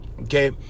okay